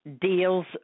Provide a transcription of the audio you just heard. deals